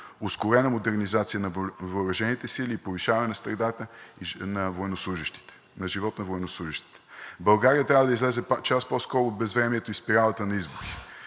ускорена модернизация на въоръжените сили и повишаване на средата на живот на военнослужещите. България трябва да излезе час по-скоро от безвремието и спиралата на избори.